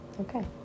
Okay